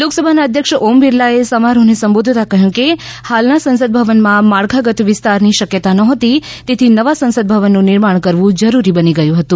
લોકસભાના અધ્યક્ષ ઓમ બિરલાએ સમારોહને સંબોધન કરતાં કહ્યું કે હાલના સંસદ ભવનમાં માળખાગત વિસ્તારની શક્યતા નહોતી તેથી નવા સંસદ ભવનનું નિર્માણ કરવું જરૂરી બની ગયું હતું